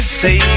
say